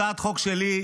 הצעת החוק שלי,